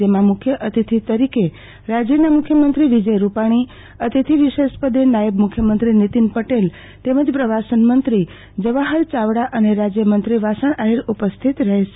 જેમાં મુખ્ય અતિથિ તરીકે રાજયના મુખ્યમંત્રી વિજય રૂપાણી અતિથિવિશેષ પદે નાયબ મુખ્યમંત્રી નિતીન પટેલ તેમજ પ્રવાસન મંત્રી જવાહર ચાવડા અને રાજયમંત્રી વાસણ આહિર ઉપસ્થિત રહેશે